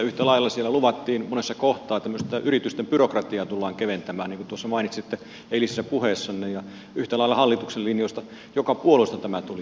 yhtä lailla siellä luvattiin monessa kohtaa että myös yritysten byrokratiaa tullaan keventämään niin kuin tuossa mainitsitte eilisessä puheessanne yhtä lailla hallituksen linjoista jokaisesta puolueesta tämä tuli